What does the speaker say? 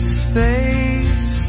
space